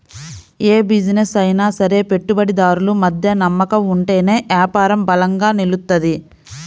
యే బిజినెస్ అయినా సరే పెట్టుబడిదారులు మధ్య నమ్మకం ఉంటేనే యాపారం బలంగా నిలుత్తది